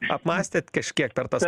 apmąstėt kažkiek per tas